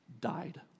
died